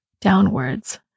Downwards